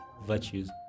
virtues